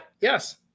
yes